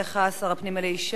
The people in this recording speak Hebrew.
חבר הכנסת אריה אלדד,